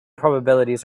probabilities